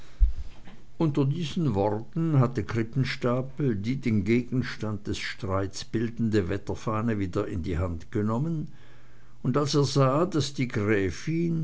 unter diesen worten hatte krippenstapel die den gegenstand des streits bildende wetterfahne wieder in die hand genommen und als er sah daß die gräfin